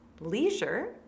leisure